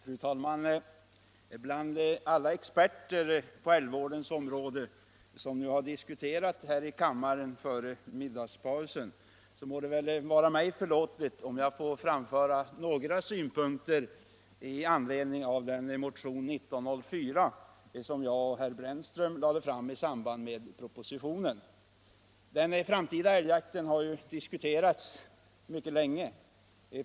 Fru talman! Bland alla experter på älgvårdens område som diskuterat här i kammaren före middagspausen må det väl vara mig förlåtet om jag vill framföra några synpunkter med anledning av motionen 1904, som jag och herr Brännström lade fram i samband med propositionen. Den framtida älgjakten har ju diskuterats mycket länge.